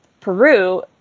Peru